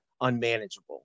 unmanageable